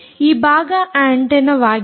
ಈ ಭಾಗ ಆಂಟೆನ್ನವಾಗಿದೆ